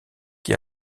qui